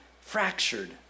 fractured